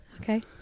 okay